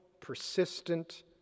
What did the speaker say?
persistent